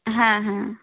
হ্যাঁ হ্যাঁ